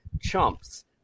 Chumps